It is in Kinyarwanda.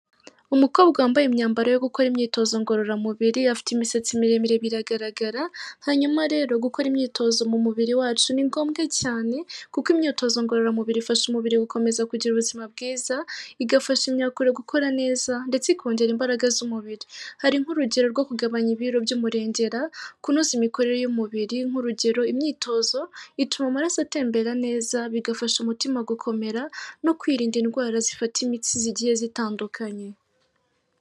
Umukobwa wambaye imyambaro yo gukora imyitozo ngororamubiri, afite imisatsi miremire biragaragara. Hanyuma rero gukora imyitozo mu mubiri wacu ni ngombwa cyane, kuko imyitozo ngororamubiri ifasha umubiri gukomeza kugira ubuzima bwiza, igafasha imyakure gukora neza ndetse ikongera imbaraga z'umubiri, hari nk'urugero rwo kugabanya ibiro by'umurengera, kunoza imikorere y'umubiri, nk'urugero imyitozo ituma amaraso atembera neza, bigafasha umutima gukomera no kwirinda indwara zifata imitsi zigiye zitandukanye.